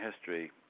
history